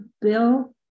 bill